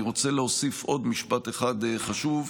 אני רוצה להוסיף עוד משפט אחד חשוב,